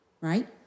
right